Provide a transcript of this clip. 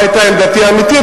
מה היתה עמדתי האמיתית,